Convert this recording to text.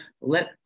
let